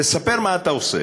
לספר מה אתה עושה